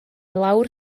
lawr